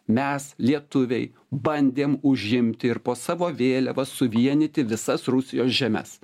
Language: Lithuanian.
mes lietuviai bandėm užimti ir po savo vėliava suvienyti visas rusijos žemes